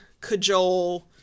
cajole